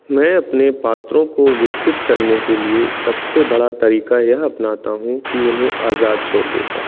मैं अपने पात्रों को विकसित करने के लिए सबसे बड़ा तरीका यह अपनाता हूँ की उन्हें आज़ाद छोड़ देता हूँ